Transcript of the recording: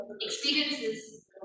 experiences